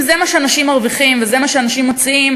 אם זה מה שאנשים מרוויחים וזה מה שאנשים מוציאים,